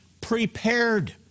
prepared